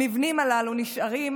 המבנים הללו נשארים